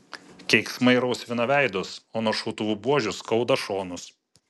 keiksmai rausvina veidus o nuo šautuvų buožių skauda šonus